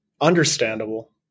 Understandable